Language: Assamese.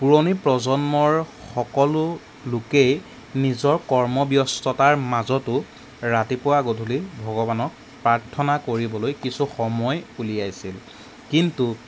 পুৰণি প্ৰজন্মৰ সকলো লোকেই নিজৰ কৰ্মব্যস্ততাৰ মাজতো ৰাতিপুৱা গধূলি ভগৱানক প্ৰাৰ্থনা কৰিবলৈ কিছু সময় উলিয়াইছিল কিন্তু